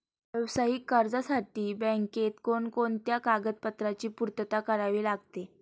व्यावसायिक कर्जासाठी बँकेत कोणकोणत्या कागदपत्रांची पूर्तता करावी लागते?